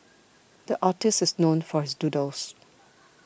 the artist is known for his doodles